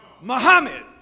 Muhammad